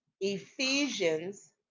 Ephesians